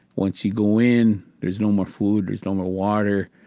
once you go in, there's no more food, there's no more water.